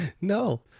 no